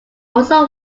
also